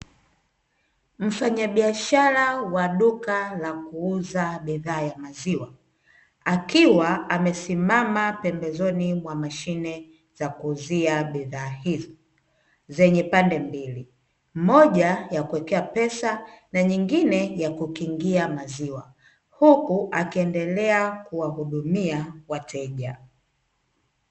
Mfanyabiashara wa duka la kuuza bidhaa ya maziwa, akiwa amesimama pembezoni mwa mashine za kuuzia bidhaa hizo zenye pande mbili moja ya kuwekea pesa na nyingine ya kukingia maziwa huku akiendelea kuwahudumia wateja.